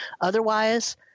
Otherwise